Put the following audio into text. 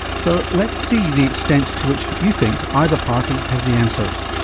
so let's see the extent to which you think either party has the answers.